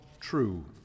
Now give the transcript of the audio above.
true